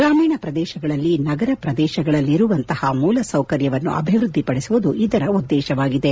ಗ್ರಾಮೀಣ ಪ್ರದೇಶಗಳಲ್ಲಿ ನಗರ ಪ್ರದೇಶಗಳಲ್ಲಿರುವಂತಹ ಮೂಲ ಸೌಕರ್ಯವನ್ನು ಅಭಿವೃದ್ಧಿಗೊಳಿಸುವುದು ಇದರ ಉದ್ದೇಶವಾಗಿದೆ